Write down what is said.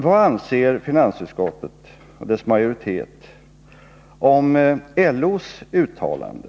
Vadanser finansutskottets majoritet om LO:s uttalande?